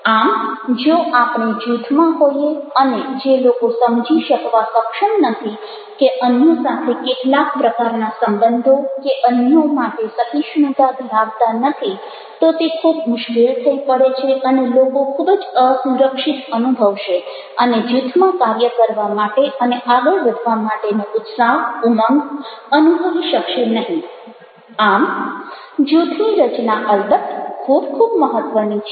આમ જો આપણે જૂથમાં હોઈએ અને જે લોકો સમજી શકવા સક્ષમ નથી કે અન્ય સાથે કેટલાક પ્રકારના સંબંધો કે અન્યો માટે સહિષ્ણુતા ધરાવતા નથી તો તે ખૂબ મુશ્કેલ થઈ પડે છે અને લોકો ખૂબ જ અસુરક્ષિત અનુભવશે અને જૂથમાં કાર્ય કરવા માટે અને આગળ વધવા માટેનો ઉત્સાહ ઉમંગ અનુભવી શકશે નહિ આમ જૂથની રચના અલબત્ત ખૂબ ખૂબ મહત્ત્વની છે